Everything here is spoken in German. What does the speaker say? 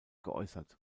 geäußert